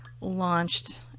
launched